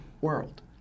world